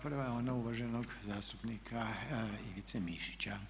Prva je ona uvaženog zastupnika Ivice Mišića.